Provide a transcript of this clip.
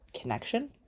connection